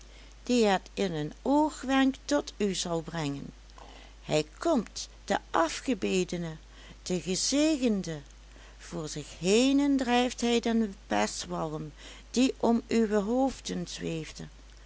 die het in een oogwenk tot u zal brengen hij komt de afgebedene de gezegende voor zich henen drijft hij den pestwalm die om uwe hoofden zweefde